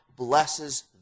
blesses